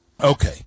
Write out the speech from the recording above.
okay